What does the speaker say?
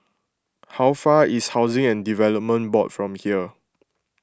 how far is Housing and Development Board from here